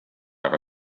aga